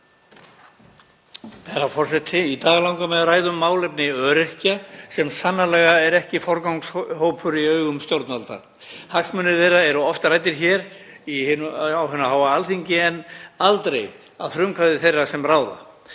Herra forseti. Í dag langar mig að ræða um málefni öryrkja, sem eru sannarlega ekki forgangshópur í augum stjórnvalda. Hagsmunir þeirra eru oft ræddir hér á hinu háa Alþingi, en aldrei að frumkvæði þeirra sem ráða.